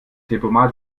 tempomat